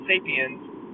Sapiens